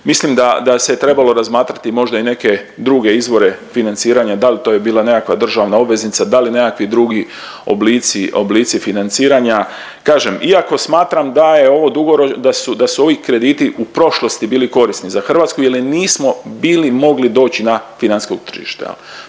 mislim da se trebalo razmatrati možda i neke druge izvore financiranja, dal to je bila nekakva državna obveznica, da li nekakvi drugi oblici financiranja kažem, iako smatram da je ovo da su ovi krediti u prošlosti bili korisni za Hrvatsku jel nismo bili mogli doć na financijsko tržište.